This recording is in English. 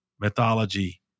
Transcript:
mythology